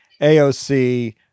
AOC